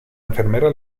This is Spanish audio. enfermera